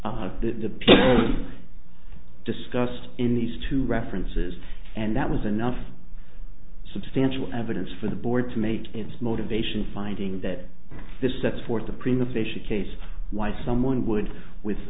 people discussed in these two references and that was enough substantial evidence for the board to make its motivation finding that this sets forth a prima facia case why someone would with